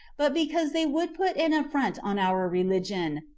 but because they would put an affront on our religion,